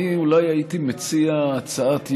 אני אולי הייתי מציע הצעת ייעול.